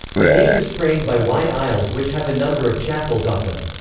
the nave is framed by wide aisles which have a number of chapels off them.